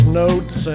notes